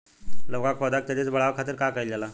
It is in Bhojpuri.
लउका के पौधा के तेजी से बढ़े खातीर का कइल जाला?